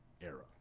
era